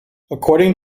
according